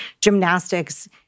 gymnastics